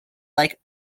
like